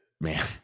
man